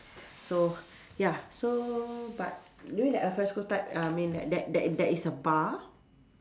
so ya so but you mean that al fresco type I mean that that that that is a bar